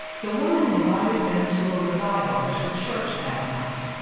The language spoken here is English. the woman invited them to a revival at her church that night.